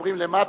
כשמדברים למטה,